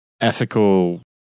ethical